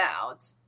out